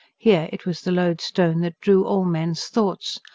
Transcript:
here, it was the loadstone that drew all men's thoughts.